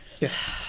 Yes